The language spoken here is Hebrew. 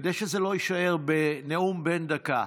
כדי שזה לא יישאר בנאום בן דקה,